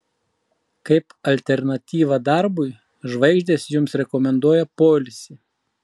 kaip alternatyvą darbui žvaigždės jums rekomenduoja poilsį